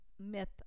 myth